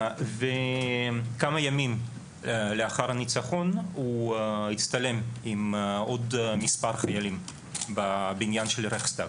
כמה ימים לאחר הניצחון הוא הצטלם עם עוד מספר חיילים בבניין של רכסטאג.